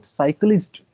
cyclist